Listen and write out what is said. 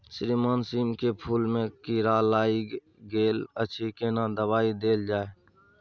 श्रीमान सीम के फूल में कीरा लाईग गेल अछि केना दवाई देल जाय?